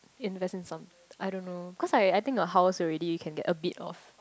investments on I don't know cause I I think got house already you can get a bit of